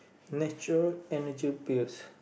nature Energy Pills